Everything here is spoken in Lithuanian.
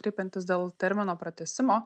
kreipiantis dėl termino pratęsimo